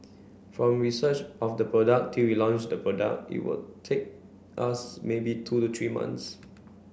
from research of the product till we launch the product it will take us maybe two to three months